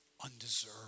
undeserved